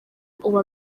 ubu